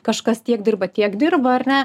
kažkas tiek dirba tiek dirba ar ne